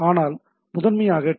ஆனால் முதன்மையாக டி